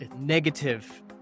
negative